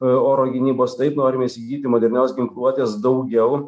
oro gynybos taip norime įsigyti modernios ginkluotės daugiau